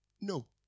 no